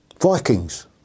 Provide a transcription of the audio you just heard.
Vikings